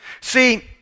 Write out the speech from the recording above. See